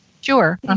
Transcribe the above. Sure